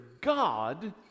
God